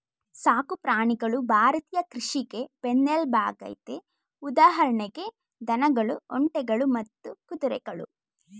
ಸಾಕು ಪ್ರಾಣಿಗಳು ಭಾರತೀಯ ಕೃಷಿಗೆ ಬೆನ್ನೆಲ್ಬಾಗಯ್ತೆ ಉದಾಹರಣೆಗೆ ದನಗಳು ಒಂಟೆಗಳು ಮತ್ತೆ ಕುದುರೆಗಳು